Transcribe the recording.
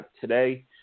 today